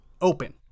open